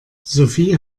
sophie